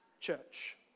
church